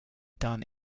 done